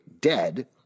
dead